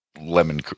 lemon